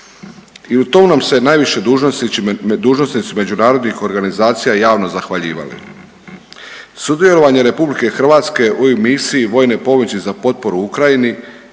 i u tom nam se najviše dužnosnici međunarodnih organizacija javno zahvaljivali. Sudjelovanje RH u ovoj misiji vojne pomoći za potporu Ukrajini